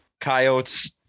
coyotes